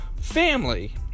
family